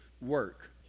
work